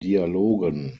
dialogen